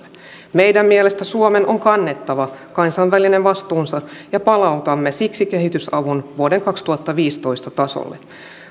meidän mielestämme suomen on kannettava kansainvälinen vastuunsa ja palautamme siksi kehitysavun vuoden kaksituhattaviisitoista tasolle